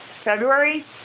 February